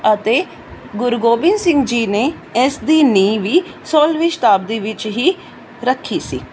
ਅਤੇ ਗੁਰੂ ਗੋਬਿੰਦ ਸਿੰਘ ਜੀ ਨੇ ਇਸ ਦੀ ਨੀਂਹ ਵੀ ਸੋਲ੍ਹਵੀਂ ਸ਼ਤਾਬਦੀ ਵਿੱਚ ਹੀ ਰੱਖੀ ਸੀ